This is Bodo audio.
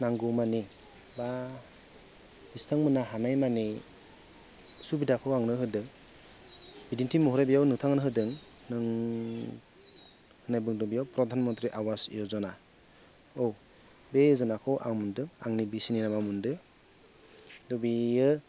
नांगौमानि एबा बिथांमोना हानायमानि सुबिदाखौ आंनो होदों बिदिन्थि महरै बेयाव नोंथांमोना होदों माने बुंदों बेयाव प्रधान मन्त्रि आवास यजना औ बे यजनाखौ आङो मोन्दों आंनि बिसिनि नामाव मोन्दों त' बेयो